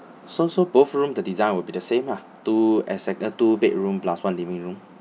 so so both room the design will be the same lah two exec~ uh two bedroom plus one living room